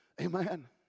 Amen